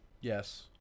Yes